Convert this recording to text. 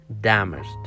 damaged